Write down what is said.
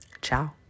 Ciao